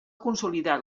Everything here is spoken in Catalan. consolidat